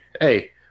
Hey